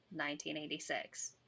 1986